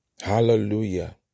Hallelujah